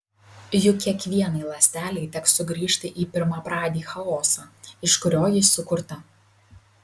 juk kiekvienai ląstelei teks sugrįžti į pirmapradį chaosą iš kurio ji sukurta